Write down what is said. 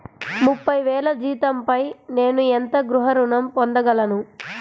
ముప్పై వేల జీతంపై నేను ఎంత గృహ ఋణం పొందగలను?